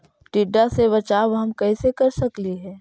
टीडा से बचाव हम कैसे कर सकली हे?